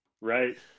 Right